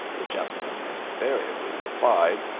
the gentleman invariably replied,